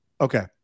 Okay